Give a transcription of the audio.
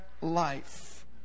life